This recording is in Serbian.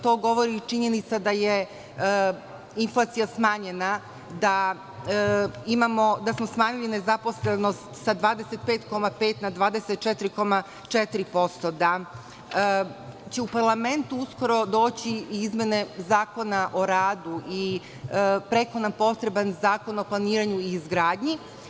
To govori činjenica da je inflacija smanjena, da smo smanjili zaposlenost sa 25,5 na 24,4%, da će u Parlament uskoro doći i izmene Zakona o radu i preko potreban Zakon o planiranju i izgradnji.